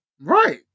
Right